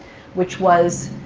which was